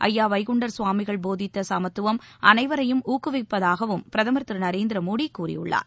அய்யா வைகுண்டர் சுவாமிகள் போதித்த சமத்துவம் அனைவரையும் ஊக்குவிப்பதாகவும் பிரதமர் திரு நரேந்திர மோடி தெரிவித்துள்ளார்